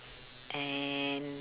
and